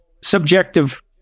subjective